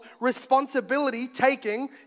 responsibility-taking